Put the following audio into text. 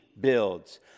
builds